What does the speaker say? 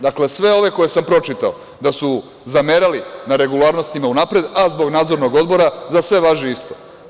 Dakle, sve ove što sam pročitao da su zamerali na regularnostima unapred, a zbog nadzornog odbora za sve važi isto.